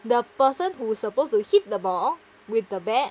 the person who's supposed to hit the ball with the bat